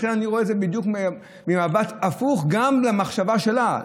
לכן אני רואה את זה בדיוק ממבט הפוך גם מהמחשבה שלה.